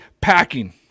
packing